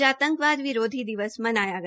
आज आंतकवाद विरोधी दिवस मनाया गया